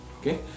okay